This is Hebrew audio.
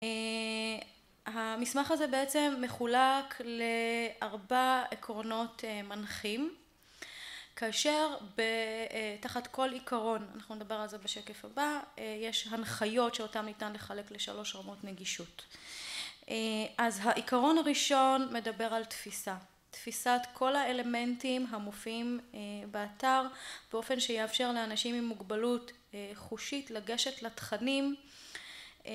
המסמך הזה בעצם מחולק לארבע עקרונות מנחים. כאשר ב... תחת כל עיקרון, אנחנו נדבר על זה בשקף הבא, יש הנחיות שאותן ניתן לחלק לשלוש רמות נגישות. אז העיקרון הראשון מדבר על תפיסה, תפיסת כל האלמנטים המופיעים באתר, באופן שיאפשר לאנשים עם מוגבלות חושית לגשת לתכנים...